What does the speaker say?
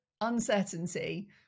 uncertainty